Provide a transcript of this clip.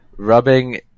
Rubbing